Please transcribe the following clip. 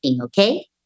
okay